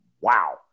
wow